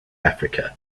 africa